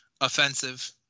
offensive